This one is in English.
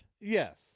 Yes